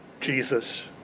Jesus